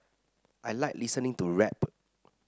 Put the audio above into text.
I like listening to rap